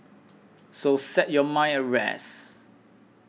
so set your mind at rest